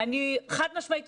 אני אומרת לכם חד-משמעית: